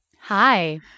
Hi